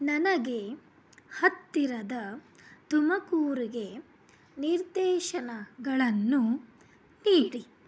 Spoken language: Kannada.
ನನಗೆ ಹತ್ತಿರದ ತುಮಕೂರಿಗೆ ನಿರ್ದೇಶನಗಳನ್ನು ನೀಡಿ